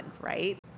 right